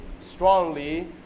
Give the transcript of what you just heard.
strongly